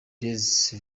these